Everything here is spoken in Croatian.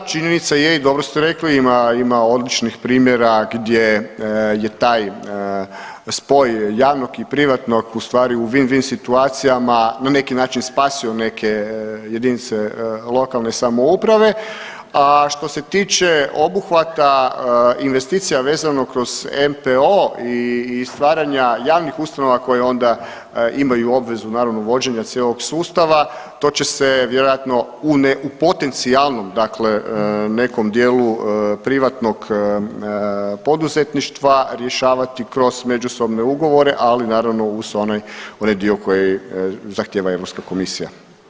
Činjenica je i dobro ste rekli ima odličnih primjera gdje je taj spoj javnog i privatnog ustvari u win-win situacijama na neki način spasio neke jedinice lokalne samouprave, a što se tiče obuhvata investicija vezano kroz NPO i stvaranja javnih ustanova koje onda imaju obvezu naravno vođenja cijelog sustava to će se vjerojatno u potencijalnom nekom dijelu privatnog poduzetništva rješavati kroz međusobne ugovore, ali naravno uz onaj dio koji zahtijeva Europska komisija.